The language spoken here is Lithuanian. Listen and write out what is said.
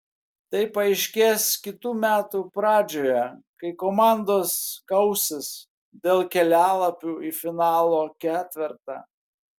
tai paaiškės kitų metų pradžioje kai komandos kausis dėl kelialapių į finalo ketvertą